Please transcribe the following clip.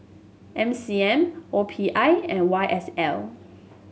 N C M O P I and Y S L